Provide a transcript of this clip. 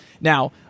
Now